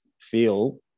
feel